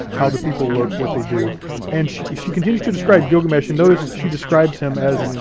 how the people look, what they do, and she she continues to describe gilgamesh, and notice she describes him as,